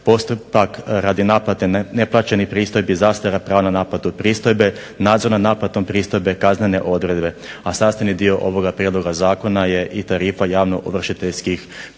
postupak radi naplate neplaćenih pristojbi, zastara, pravo na naplatu pristojbe, nadzor nad naplatom pristojbe, kaznene odredbe. A sastavni dio ovoga prijedloga zakona je i tarifa javnoovršiteljskih pristojbi.